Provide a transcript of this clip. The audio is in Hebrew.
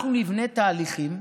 אנחנו נבנה תהליכים,